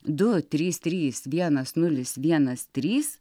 du trys trys vienas nulis vienas trys